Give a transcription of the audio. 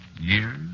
Years